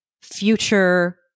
future